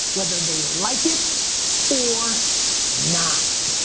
whether they like it or not.